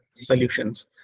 solutions